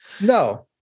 No